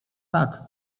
tak